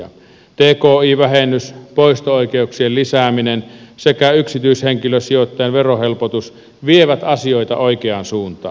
tki vähennys poisto oikeuksien lisääminen sekä yksityishenkilösijoittajan verohelpotus vievät asioita oikeaan suuntaan